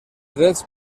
drets